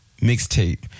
mixtape